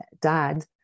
Dad